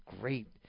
great